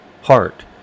Heart